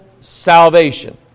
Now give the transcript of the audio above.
salvation